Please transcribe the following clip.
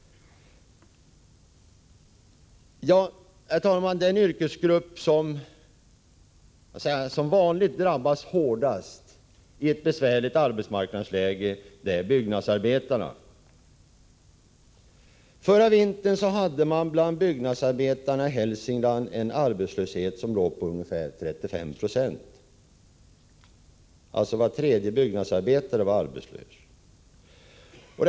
Den yrkesgrupp som drabbas hårdast i ett besvärligt arbetsmarknadsläge är byggnadsarbetarna. Förra vintern hade man bland byggnadsarbetarna i Hälsingland en arbetslöshet på ungefär 35 96 — var tredje byggnadsarbetare var alltså arbetslös.